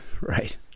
right